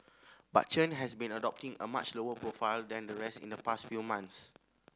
but Chen has been adopting a much lower profile than the rest in the past few months